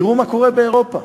תראו מה קורה באירופה,